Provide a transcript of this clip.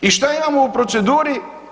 I šta imamo u proceduri?